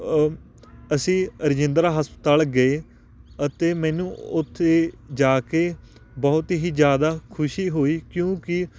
ਅਸੀਂ ਰਜਿੰਦਰਾ ਹਸਪਤਾਲ ਗਏ ਅਤੇ ਮੈਨੂੰ ਉੱਥੇ ਜਾ ਕੇ ਬਹੁਤ ਹੀ ਜ਼ਿਆਦਾ ਖੁਸ਼ੀ ਹੋਈ ਕਿਉਂਕਿ